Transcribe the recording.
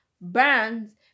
brands